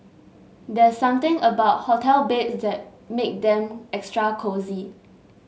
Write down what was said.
there's something about hotel beds that make them extra cosy